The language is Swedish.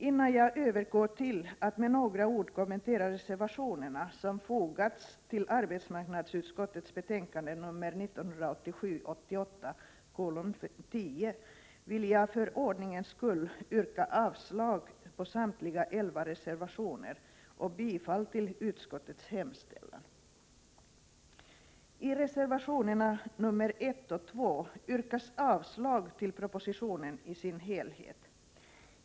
Innan jag övergår till att med några ord kommentera reservationerna som fogats till arbetsmarknadsutskottets betänkande 1987/ 88:10 vill jag för ordningens skull yrka avslag på samtliga elva reservationer och bifall till utskottets hemställan. I reservationerna 1 och 2 yrkas avslag på propositionen i dess helhet.